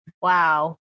wow